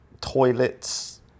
Toilets